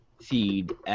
feed